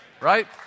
Right